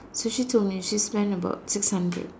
so she told me she spend about six hundred